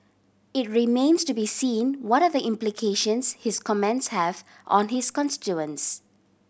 it remains to be seen what are the implications his comments have on his constituents